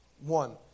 One